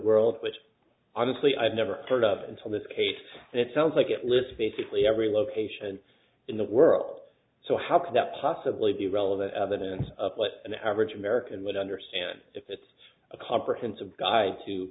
world which honestly i've never heard of until this case it sounds like it lists basically every location in the world so how could that possibly be relevant evidence of what an average american would understand if it's a comprehensive guide to